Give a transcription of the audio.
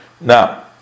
Now